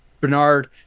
Bernard